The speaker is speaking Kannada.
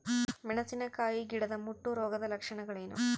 ಮೆಣಸಿನಕಾಯಿ ಗಿಡದ ಮುಟ್ಟು ರೋಗದ ಲಕ್ಷಣಗಳೇನು?